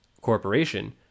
corporation